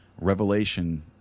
Revelation